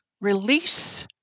Release